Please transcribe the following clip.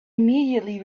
immediately